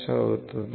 అవుతుంది